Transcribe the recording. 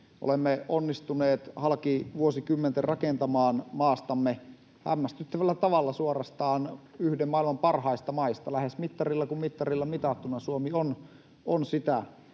Olemme onnistuneet halki vuosikymmenten rakentamaan maastamme hämmästyttävällä tavalla suorastaan yhden maailman parhaista maista. Lähes mittarilla kuin mittarilla mitattuna Suomi on sitä,